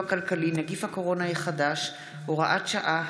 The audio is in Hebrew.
כלכלי (נגיף הקורונה החדש) (הוראת שעה),